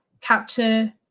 capture